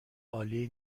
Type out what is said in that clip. عالی